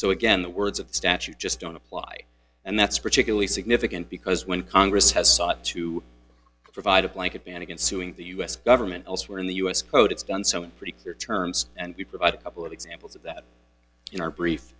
so again the words of the statute just don't apply and that's particularly significant because when congress has sought to provide a blanket ban against suing the u s government elsewhere in the u s quote it's done so in pretty clear terms and we provide a couple of examples of that in our brief